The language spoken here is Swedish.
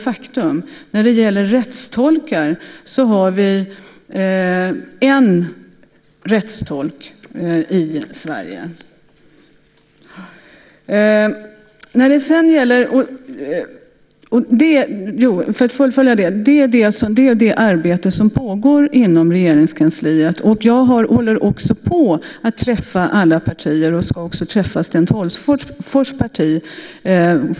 Vad gäller rättstolkar kan nämnas att vi i Sverige har en rysktalande rättstolk. Det pågår alltså ett arbete inom Regeringskansliet, och jag är i färd med att träffa företrädare för alla partier, också Sten Tolgfors parti.